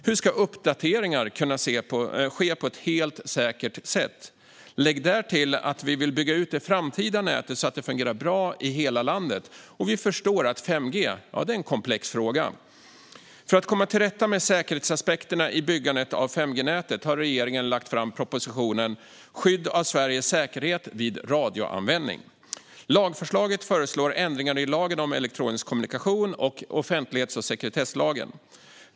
Hur ska uppdateringar kunna ske på ett helt säkert sätt? Lägg därtill att vi vill bygga ut det framtida nätet så att det fungerar bra i hela landet och vi förstår att 5G är en komplex fråga. För att komma till rätta med säkerhetsaspekterna i byggandet av 5G-nätet har regeringen lagt fram propositionen Skydd av Sveriges säkerhet vid radioanvändning . Lagförslaget föreslår ändringar i lagen om elektronisk kommunikation och offentlighets och sekretesslagen.